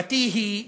תשובתי היא: